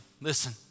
listen